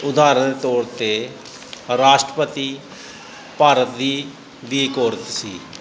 ਉਦਾਹਰਣ ਤੌਰ 'ਤੇ ਰਾਸ਼ਟਰਪਤੀ ਭਾਰਤ ਦੀ ਵੀ ਇਕ ਔਰਤ ਸੀ